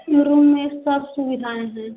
room में सब सुविधाएँ हैं